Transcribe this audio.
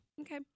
Okay